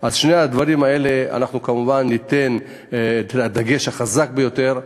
על שני הדברים האלה אנחנו כמובן ניתן את הדגש החזק ביותר,